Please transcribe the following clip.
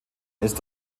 ist